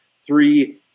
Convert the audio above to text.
three